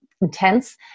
intense